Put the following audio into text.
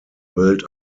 built